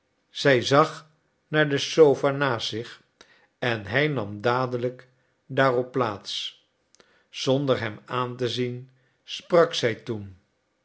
zij zag naar de sofa naast zich en hij nam dadelijk daarop plaats zonder hem aan te zien sprak zij toen